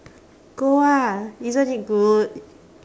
go ah isn't it good